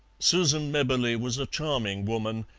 susan mebberley was a charming woman,